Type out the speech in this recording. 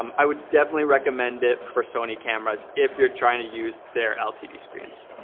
um i would definitely recommend it for sony cameras if you're trying to use their lcd screens.